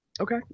Okay